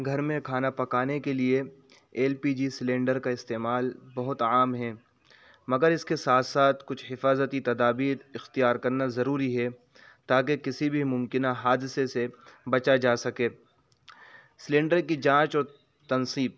گھر میں کھانا پکانے کے لیے ایل پی جی سلنڈر کا استعمال بہت عام ہے مگر اس کے ساتھ ساتھ کچھ حفاظتی تدابیر اختیار کرنا ضروری ہے تاکہ کسی بھی ممکنہ حادثے سے بچا جا سکے سلنڈر کی جانچ اور تنصیب